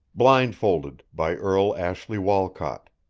blindfolded by earle ashley walcott